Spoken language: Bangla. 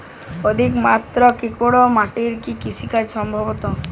অধিকমাত্রায় কাঁকরযুক্ত মাটিতে কি ভালো কৃষিকাজ সম্ভব?